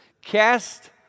Cast